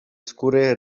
skóry